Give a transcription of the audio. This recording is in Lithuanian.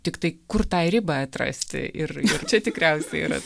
tik tai kur tą ribą atrasti ir ir čia tikriausiai yra